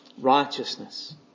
righteousness